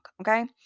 Okay